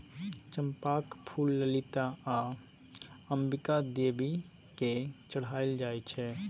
चंपाक फुल ललिता आ अंबिका देवी केँ चढ़ाएल जाइ छै